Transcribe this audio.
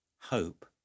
hope